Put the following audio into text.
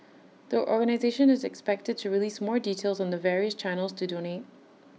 the organisation is expected to release more details on the various channels to donate